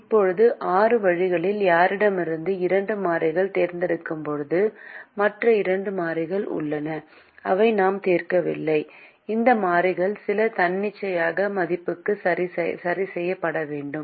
இப்போது ஆறு வழிகளில் யாரிடமிருந்தும் இரண்டு மாறிகள் தேர்ந்தெடுக்கும்போது மற்ற இரண்டு மாறிகள் உள்ளன அவை நாம் தீர்க்கவில்லை இந்த மாறிகள் சில தன்னிச்சையான மதிப்புக்கு சரி செய்யப்பட வேண்டும்